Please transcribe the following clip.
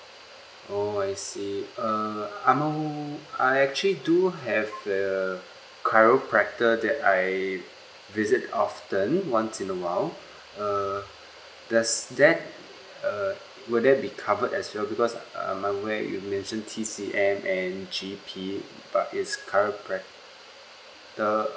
oh I see err I'm aw~ I actually do have a chiropractor that I visit often once in awhile uh does that uh will that be covered as well because uh I'm aware you mentioned T_C_M and G_P but is chiropractor